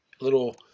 little